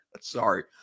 Sorry